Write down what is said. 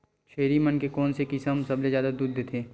छेरी मन के कोन से किसम सबले जादा दूध देथे?